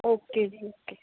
okay ਜੀ ਕੇ